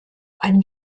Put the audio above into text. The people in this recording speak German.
einem